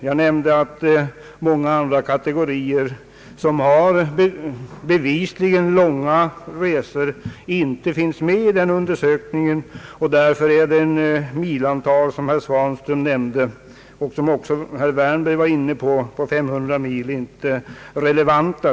Jag nämnde att många andra kategorier som bevisligen har att företa långa resor till och från arbetsplatsen inte fanns med i denna undersökning och att det milantal som herr Svanström nämnde och som också herr Wärnberg var inne på, nämligen 500 mil, därför inte var relevant.